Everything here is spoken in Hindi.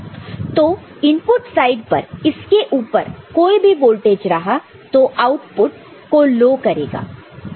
तो इनपुट साइड पर इसके ऊपर कोई भी वोल्टेज रहे तो आउटपुट को लो करेगा